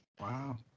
Wow